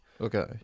Okay